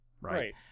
right